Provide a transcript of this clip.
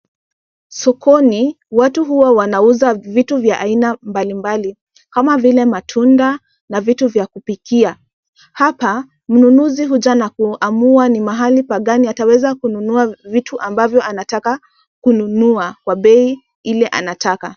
Sokoni watu huwa wanauza vitu vya aina mbalimbali kama vile matunda na vitu vya kupikia. Hapa mnunuzi huja na kuamua ni mahali pagani ataweza kununua vitu ambavyo anataka kununua kwa bei ile anataka.